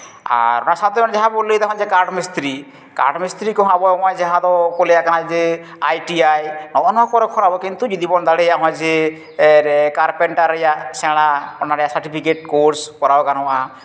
ᱟᱨ ᱚᱱᱟ ᱥᱟᱶᱛᱮ ᱡᱟᱦᱟᱸ ᱵᱚᱱ ᱞᱟᱹᱭ ᱮᱫᱟ ᱠᱟᱴᱷ ᱢᱤᱥᱛᱨᱤ ᱠᱟᱴᱷ ᱢᱤᱥᱛᱨᱤ ᱠᱚᱦᱚᱸ ᱟᱵᱚ ᱱᱚᱜᱼᱚᱭ ᱡᱟᱦᱟᱸ ᱫᱚ ᱠᱚ ᱞᱟᱹᱭᱟᱜ ᱠᱟᱱᱟ ᱡᱮ ᱟᱭ ᱴᱤ ᱟᱭ ᱱᱚᱜᱼᱚ ᱱᱚᱣᱟ ᱠᱚᱨᱮ ᱠᱷᱚᱱ ᱟᱵᱚ ᱠᱤᱱᱛᱩ ᱡᱩᱫᱤ ᱵᱚᱱ ᱫᱟᱲᱮᱭᱟᱜᱼᱟ ᱱᱚᱜᱼᱚᱭ ᱡᱮ ᱠᱟᱨᱯᱮᱱᱴᱟᱨ ᱨᱮᱭᱟᱜ ᱥᱮᱬᱟ ᱢᱟᱱᱮ ᱥᱟᱨᱴᱚᱯᱷᱤᱠᱮᱴ ᱠᱚᱨᱥ ᱠᱚᱨᱟᱣ ᱜᱟᱱᱚᱜᱼᱟ